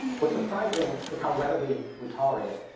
what's surprising is how readily we tolerate it.